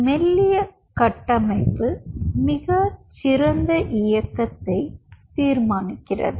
மெல்லிய கட்டமைப்பு மிகச் சிறந்த இயக்கத்தை தீர்மானிக்கிறது